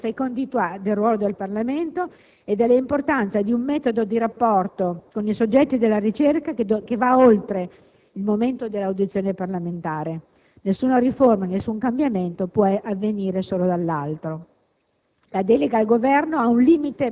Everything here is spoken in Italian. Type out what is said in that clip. Spero che il Governo prenda atto della fecondità del ruolo del Parlamento e dell'importanza di un metodo di rapporto con i soggetti della ricerca, che va oltre il momento dell'audizione parlamentare. Nessuna riforma, nessun cambiamento può avvenire solo dall'alto.